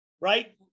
right